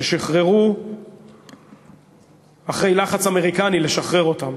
ששוחררו אחרי לחץ אמריקני לשחרר אותם.